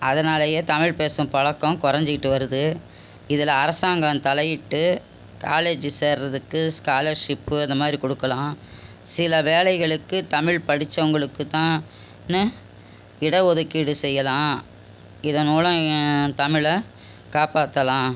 அதனாலயே தமிழ் பேசும் பழக்கம் குறஞ்சிகிட்டு வருது இதில் அரசாங்கம் தலையிட்டு காலேஜி சேருறதுக்கு ஸ்காலர்ஷிப்பு இந்த மாரி கொடுக்கலாம் சில வேலைகளுக்கு தமிழ் படிச்சவங்களுக்கு தான் னு இடஒதுக்கீடு செய்யலாம் இதன் மூலம் தமிழில் காப்பாற்றலாம்